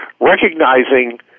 recognizing